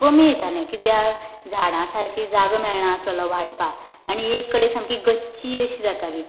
कमी येताले कित्याक झाडां सारके जागो मेळनासलोलो वाडपा आनी एक कडेन सामकी गच्ची अशी जाताली